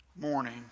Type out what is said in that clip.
morning